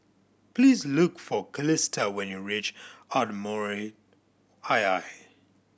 please look for Calista when you reach Ardmore II